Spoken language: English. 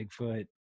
Bigfoot